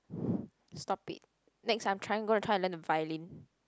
stop it next time trying I'm trying to learn the violin